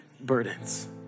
burdens